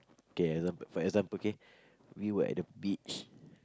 K example for example K we were at the beach